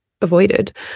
avoided